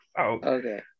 Okay